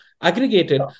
aggregated